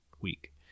week